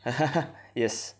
yes